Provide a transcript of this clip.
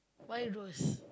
why rose